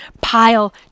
pile